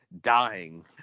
dying